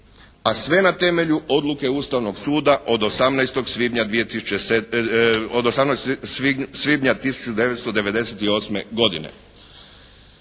A sve na temelju odluke Ustavnog suda od 18. svibnja 1998. godine.